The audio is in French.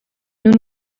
nous